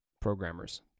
programmers